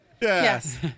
Yes